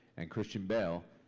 and christian bale,